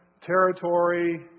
territory